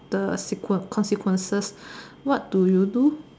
the sequel consequences what do you do